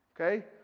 Okay